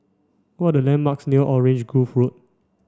what are the landmarks near Orange Grove Road